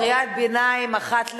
קריאת ביניים אחת,